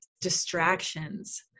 distractions